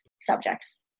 subjects